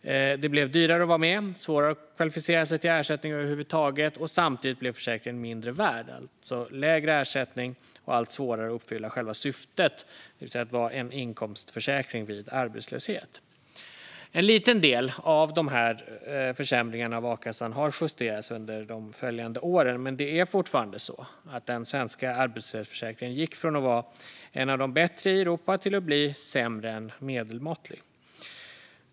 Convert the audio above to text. Det blev dyrare att vara med och svårare att kvalificera sig till ersättning över huvud taget. Samtidigt blev försäkringen mindre värd. Ersättningen blev lägre, och det blev allt svårare att uppfylla själva syftet, det vill säga att vara en inkomstförsäkring vid arbetslöshet. En liten del av dessa försämringar av a-kassan justerades under de följande åren, men det är fortfarande så att den svenska arbetslöshetsförsäkringen har gått från att vara en av de bättre i Europa till att vara sämre än medelmåttig.